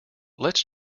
lets